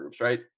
right